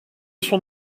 son